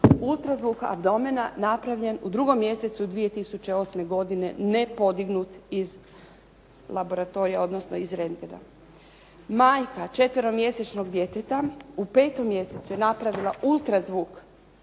Ultrazvuk abdomena napravljen u drugom mjesecu 2008. godine nepodignut iz laboratorija, odnosno iz rendgena. Majka četveromjesečnog djeteta u petom mjesecu je napravila ultrazvuk kukova.